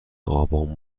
آبان